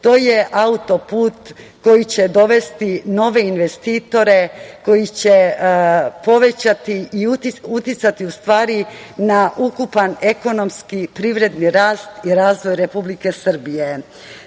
to je autoput koji će dovesti nove investitore, koji će povećati i uticati na ukupan ekonomski privredni rast i razvoj Republike Srbije. Danas